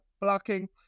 blocking